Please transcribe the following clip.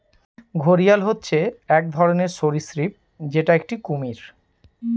ঘড়িয়াল হচ্ছে এক ধরনের সরীসৃপ যেটা একটি কুমির